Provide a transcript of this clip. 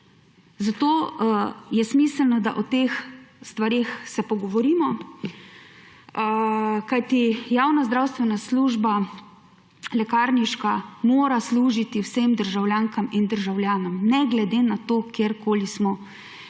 zato je smiselno, da se o teh stvareh pogovorimo, kajti javna zdravstvena služba, lekarniška, mora služiti vsem državljankam in državljanom ne glede na to, kjerkoli smo.